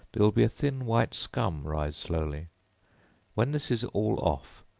there will be a thin white scum rise slowly when this is all off,